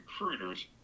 recruiters